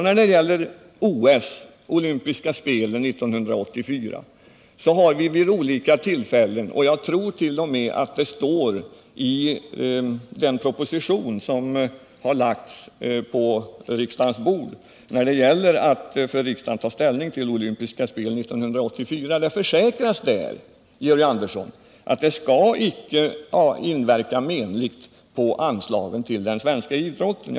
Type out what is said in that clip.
När det gäller olympiska spelen 1984, tror jag att det i den proposition som lagts på riksdagens bord t.o.m. försäkras, Georg Andersson, att OS icke skall inverka menligt på anslagen till idrotten.